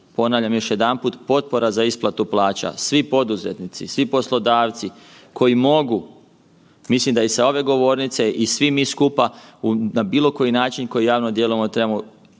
Ponavljam još jedanput, potpora za isplatu plaća, svi poduzetnici, svi poslodavci koji mogu, mislim da i sa ove govornice i svi mi skupa na bilo koji način kojim javno djelujemo trebamo